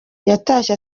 yatashye